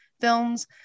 films